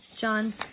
John